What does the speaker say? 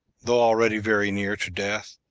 though already very near to death,